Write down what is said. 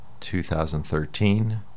2013